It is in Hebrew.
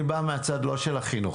אני בא מהצד לא של החינוך,